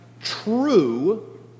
true